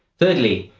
thirdly,